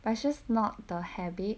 but is just not the habit